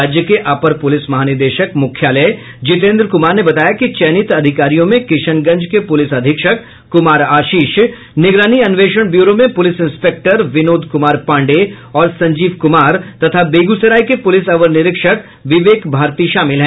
राज्य के अपर पुलिस महानिदेशक मुख्यालय जितेंद्र कुमार ने बताया कि चयनित अधिकारियों में किशनगंज के पुलिस अधीक्षक कुमार आशीष निगरानी अन्वेषण ब्यूरो में पुलिस इंस्पेक्टर विनोद कुमार पांडेय और संजीव कुमार तथा बेगूसराय के पुलिस अवर निरीक्षक विवेक भारती शामिल हैं